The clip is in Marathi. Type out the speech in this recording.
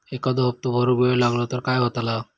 एखादो हप्तो भरुक वेळ लागलो तर काय होतला?